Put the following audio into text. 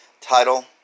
title